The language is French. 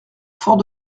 fort